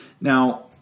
Now